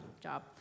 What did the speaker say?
job